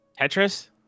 Tetris